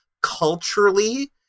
culturally